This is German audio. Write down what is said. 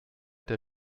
der